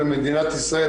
זו למדינת ישראל,